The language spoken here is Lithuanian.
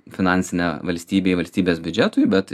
finansine valstybėj valstybės biudžetui bet